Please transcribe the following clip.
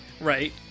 Right